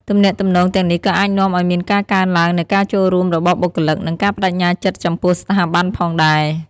ទំនាក់ទំនងទាំងនេះក៏អាចនាំឱ្យមានការកើនឡើងនូវការចូលរួមរបស់បុគ្គលិក និងការប្តេជ្ញាចិត្តចំពោះស្ថាប័នផងដែរ។